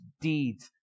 deeds